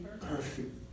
perfect